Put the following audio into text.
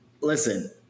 Listen